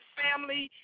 family